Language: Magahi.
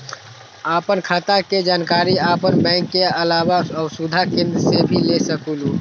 आपन खाता के जानकारी आपन बैंक के आलावा वसुधा केन्द्र से भी ले सकेलु?